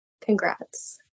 congrats